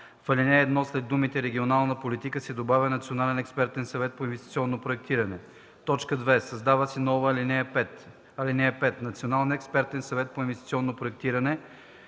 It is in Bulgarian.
В ал. 1 след думите „регионална политика” се добавя „Националният експертен съвет по инвестиционно проектиране”. 2. Създава се нова ал. 5: „(5) Националният експертен съвет по инвестиционно проектиране: